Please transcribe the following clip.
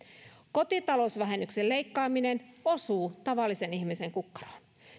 kotitalousvähennyksen leikkaaminen osuu tavallisen ihmisen kukkaroon